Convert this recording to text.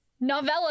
novella